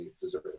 deserve